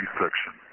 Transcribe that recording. section